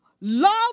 Love